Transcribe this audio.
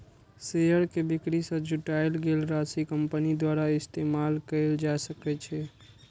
share के बिक्री सं जुटायल गेल राशि कंपनी द्वारा इस्तेमाल कैल जा सकै छै